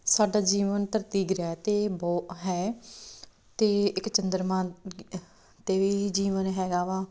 ਸਾਡਾ ਜੀਵਨ ਧਰਤੀ ਗ੍ਰਹਿ 'ਤੇ ਬੋ ਹੈ ਅਤੇ ਇੱਕ ਚੰਦਰਮਾ 'ਤੇ ਵੀ ਜੀਵਨ ਹੈਗਾ ਵਾ